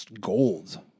gold